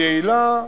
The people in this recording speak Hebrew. יעילה,